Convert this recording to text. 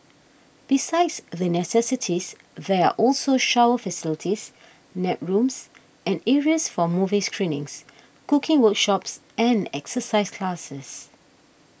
besides the necessities there are also shower facilities nap rooms and areas for movie screenings cooking workshops and exercise classes